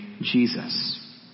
Jesus